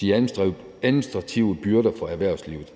de administrative byrder for erhvervslivet.